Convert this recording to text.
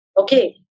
Okay